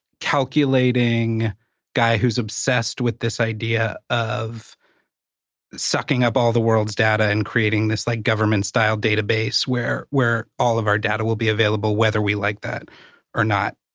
calculating guy who's obsessed with this idea of sucking up all the world's data and creating this, like, government style database where where all of our data will be available, whether we like that or not.